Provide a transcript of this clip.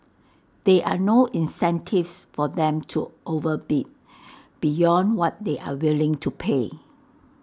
there are no incentives for them to overbid beyond what they are willing to pay